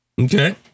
okay